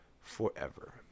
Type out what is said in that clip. forever